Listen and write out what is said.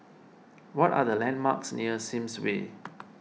what are the landmarks near Sims Way